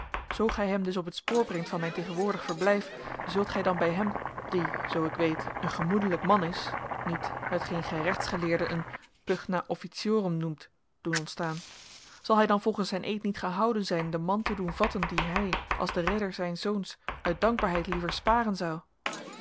zoo gij hem dus op het spoor brengt van mijn tegenwoordig verblijf zult gij dan bij hem die zoo ik weet een gemoedelijk man is niet hetgeen gij rechtsgeleerden een pugna officiorum noemt doen ontstaan zal hij dan volgens zijn eed niet gehouden zijn den man te doen vatten dien hij als de redder zijns zoons uit dankbaarheid liever sparen zou